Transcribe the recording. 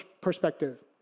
perspective